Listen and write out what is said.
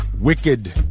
wicked